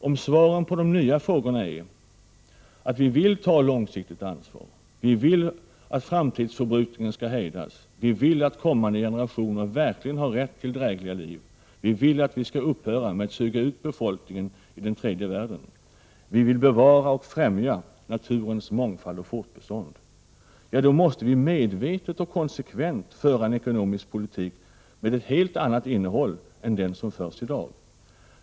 Om svaren på de nya frågorna blir att: vi vill ta långsiktigt ansvar, vi vill att framtidsförbrukningen skall hejdas, vi vill att kommande generationer verkligen skall ha rätt till drägliga liv, vi vill att vi skall upphöra med att suga ut befolkningen i den tredje världen, vi vill bevara och främja naturens mångfald och fortbestånd — ja, då måste vi medvetet och konsekvent föra en ekonomisk politik med ett helt annat innehåll än den som förs i dag.